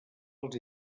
els